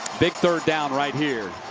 big third down right here.